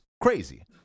crazy